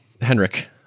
henrik